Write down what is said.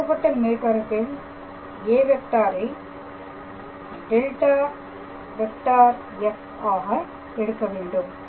கொடுக்கப்பட்ட மேற்பரப்பில் â ஐ ∇⃗⃗ f ஆக எடுக்க வேண்டும்